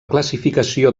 classificació